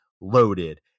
loaded